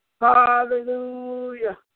Hallelujah